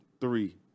three